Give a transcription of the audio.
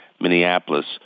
Minneapolis